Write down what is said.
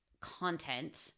content